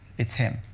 it's him.